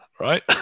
Right